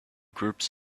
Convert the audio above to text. groups